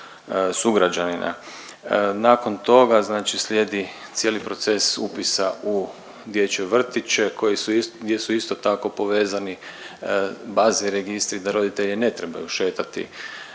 sugrađanina. Nakon toga znači slijedi cijeli proces upisa u dječje vrtića koji su, gdje su isto tako povezani baze i registri da roditelji ne trebaju šetati